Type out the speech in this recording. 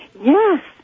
Yes